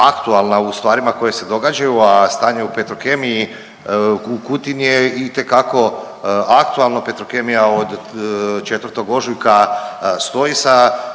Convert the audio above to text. u stvarima koje se događaju, a stanje u Petrokemiji u Kutini je itekako aktualno. Petrokemija od 4. ožujka stoji sa